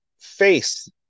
face